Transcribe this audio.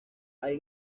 hay